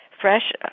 fresh